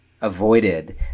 avoided